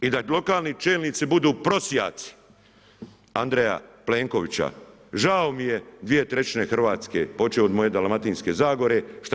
I da lokalni čelnici budu prosjaci Andreja Plenkovića, žao mi je 2/3 Hrvatske, počev od moje Dalmatinske zagore, šta